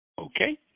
Okay